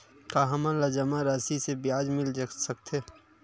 का हमन ला जमा राशि से ब्याज मिल सकथे?